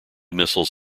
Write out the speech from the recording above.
missiles